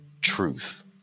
truth